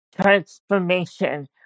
transformation